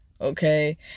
Okay